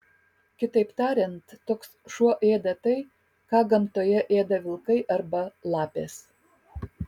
kitaip tariant toks šuo ėda tai ką gamtoje ėda vilkai arba lapės